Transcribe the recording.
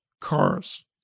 cars